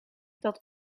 dat